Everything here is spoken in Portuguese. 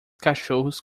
cachorros